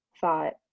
thought